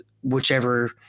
whichever